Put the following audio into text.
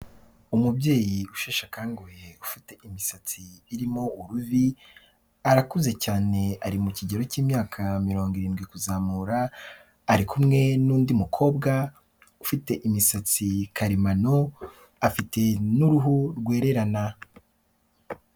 Umubyeyi usheshe akanguhe ufite imisatsi irimo uruvi, arakuze cyane ari mu kigero cy'imyaka mirongo irindwi kuzamura, ari kumwe n'undi mukobwa ufite imisatsi karemano afite n'uruhu rwererana.